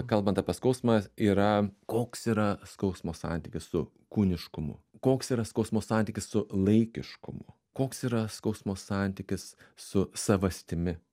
kalbant apie skausmą yra koks yra skausmo santykis su kūniškumu koks yra skausmo santykis su laikiškumu koks yra skausmo santykis su savastimi